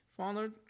Father